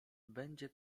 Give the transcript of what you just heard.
będzie